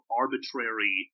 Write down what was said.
arbitrary